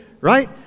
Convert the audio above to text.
right